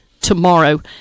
tomorrow